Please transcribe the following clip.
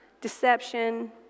deception